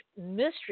mystery